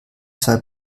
zwei